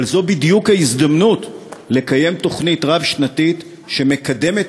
אבל זו בדיוק ההזדמנות לקיים תוכנית רב-שנתית שמקדמת